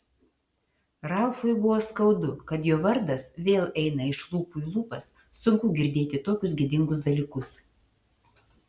ralfui buvo skaudu kad jo vardas vėl eina iš lūpų į lūpas sunku girdėti tokius gėdingus dalykus